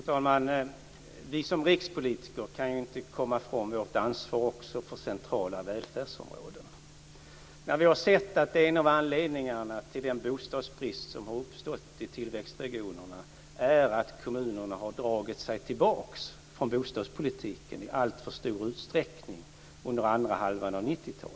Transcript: Fru talman! Vi kan som rikspolitiker inte komma ifrån vårt ansvar också för centrala välfärdsområden. Vi har sett att en av anledningarna till den bostadsbrist som har uppstått i tillväxtregionerna är att kommunerna under andra halvan av 90-talet i alltför stor utsträckning har dragit sig tillbaka från bostadspolitiken.